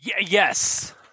Yes